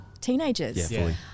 teenagers